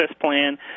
plan